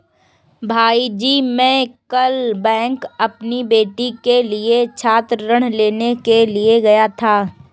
भाईजी मैं कल बैंक अपनी बेटी के लिए छात्र ऋण लेने के लिए गया था